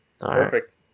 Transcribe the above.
Perfect